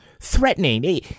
threatening